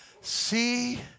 see